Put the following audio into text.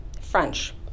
French